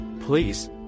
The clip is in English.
Please